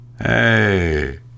Hey